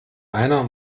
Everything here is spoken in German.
einer